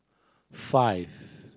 five